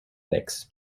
legs